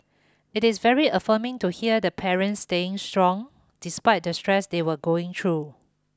it is very affirming to hear the parents staying strong despite the stress they were going through